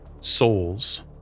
Souls